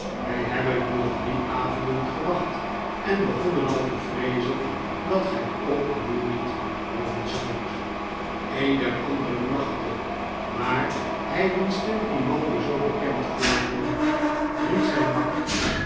wi hebben u al drie avonden gewacht en begonnen al te vreezen dat gij ook nu niet komen zoudt een der anderen lachte maar hij wiens stem grimaldi zoo bekend voorkwam ried zijn makker